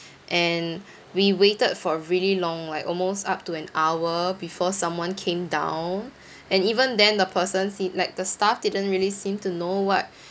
and we waited for really long like almost up to an hour before someone came down and even then the person seemed like the staff didn't really seem to know what